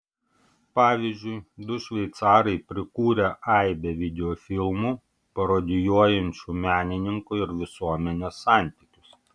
pavyzdžiui du šveicarai prikūrę aibę videofilmų parodijuojančių menininko ir visuomenės santykius